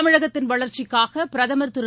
தமிழகத்தின் வளர்ச்சிக்காக பிரதமர் திரு